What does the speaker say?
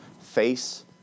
face